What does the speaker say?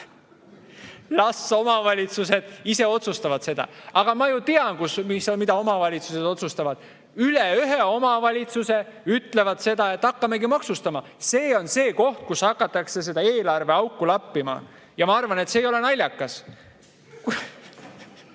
las omavalitsused ise otsustavad seda. Aga ma ju tean, mida omavalitsused otsustavad. Üle ühe omavalitsused ütlevad seda, et hakkamegi maksustama. See on koht, millega hakatakse seda eelarveauku lappima. Ja ma arvan, et see ei ole naljakas.